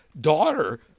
daughter